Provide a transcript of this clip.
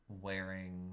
wearing